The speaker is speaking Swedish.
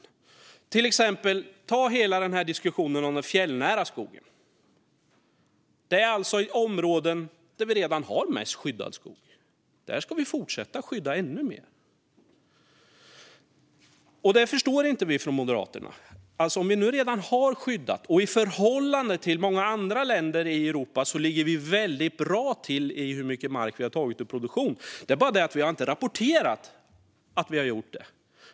Ett exempel är hela diskussionen om den fjällnära skogen. Det är alltså områden där vi redan har mest skyddad skog. Där ska vi fortsätta att skydda ännu mer. Det förstår inte vi från Moderaterna. Vi har alltså redan skyddat skog. Och i förhållande till många andra länder i Europa ligger vi väldigt bra till i fråga om hur mycket mark vi har tagit ur produktion. Det är bara det att vi inte har rapporterat att vi har gjort det.